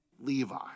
Levi